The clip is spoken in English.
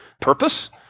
purpose